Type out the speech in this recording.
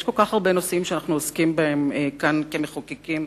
יש כל כך הרבה נושאים שאנחנו עוסקים בהם כאן כמחוקקים,